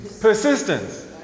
Persistence